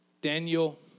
Daniel